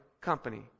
company